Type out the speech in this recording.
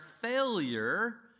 failure